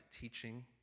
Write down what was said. teaching